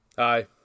Hi